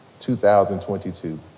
2022